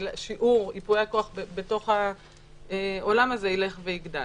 ששיעור ייפויי הכוח בעולם הזה ילך ויגדל.